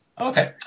okay